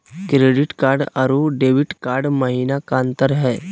Credit card अरू debit card महिना का अंतर हई?